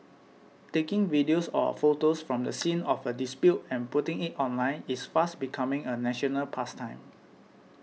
taking videos or photos from the scene of a dispute and putting it online is fast becoming a national pastime